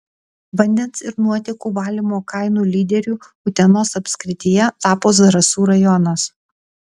vandens ir nuotėkų valymo kainų lyderiu utenos apskrityje tapo zarasų rajonas